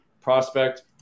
prospect